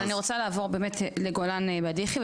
אני רוצה באמת לעבור לגולן בדיחי,